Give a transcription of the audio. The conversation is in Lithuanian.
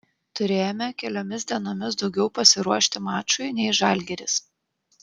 turėjome keliomis dienomis daugiau pasiruošti mačui nei žalgiris